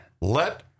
Let